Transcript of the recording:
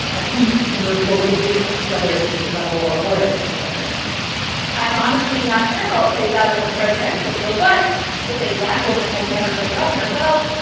a seat in their local district, whether it's a state level or or a national level there i'm honestly not sure how it plays out in the presidential field. but if a black woman has never been governor, well,